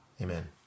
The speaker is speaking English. Amen